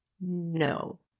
no